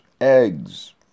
eggs